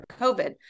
COVID